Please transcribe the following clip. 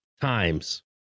times